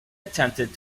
attempted